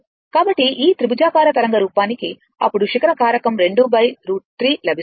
కాబట్టి ఈ త్రిభుజాకార తరంగ రూపానికి అప్పుడు శిఖర కారకం 2 √3 లభిస్తుంది